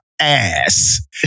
ass